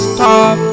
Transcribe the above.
Stop